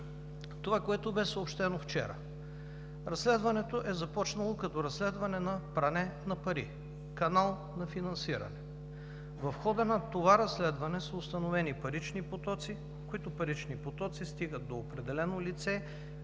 Това, което бе съобщено вчера. Разследването е започнало като разследване за пране на пари – канал на финансиране. В хода на това разследване са установени парични потоци, които парични потоци стигат до определено лице